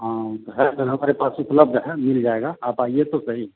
हाँ वो तो है हमारे पास उपलब्ध है मिल जाएगा आप आइए तो सही